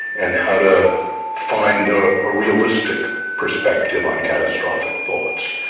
and how to find a ah realistic perspective on catastrophic thoughts.